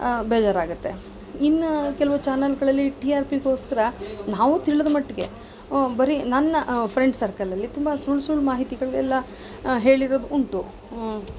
ಬೇಜಾರಾಗುತ್ತೆ ಇನ್ನು ಕೆಲವು ಚಾನಲ್ಗಳಲ್ಲಿ ಟಿ ಆರ್ ಪಿಗೋಸ್ಕರ ನಾವು ತಿಳಿದ ಮಟ್ಟಿಗೆ ಬರಿ ನನ್ನ ಫ್ರೆಂಡ್ಸ್ ಸರ್ಕಲಲ್ಲಿ ತುಂಬ ಸುಳ್ಳು ಸುಳ್ಳು ಮಾಹಿತಿಗಳು ಎಲ್ಲ ಹೇಳಿರೋದು ಉಂಟು